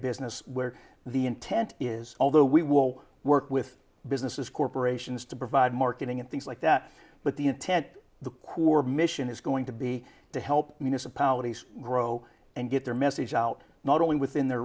business where the intent is although we will work with businesses corporations to provide marketing and things like that but the intent of the coeur mission is going to be to help minas apologies grow and get their message out not only within the